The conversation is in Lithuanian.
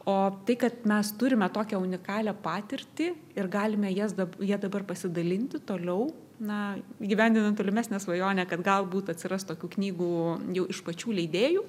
o tai kad mes turime tokią unikalią patirtį ir galime jas da ja dabar pasidalinti toliau na įgyvendinant tolimesnę svajonę kad galbūt atsiras tokių knygų jau iš pačių leidėjų